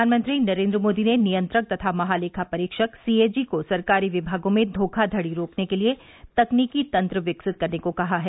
प्रधानमंत्री नरेन्द्र मोदी ने नियंत्रक तथा महालेखा परीक्षक सी ए जी को सरकारी विमागों में घोखाधड़ी रोकने के लिए तकनीकी तंत्र विकसित करने को कहा है